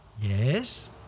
Yes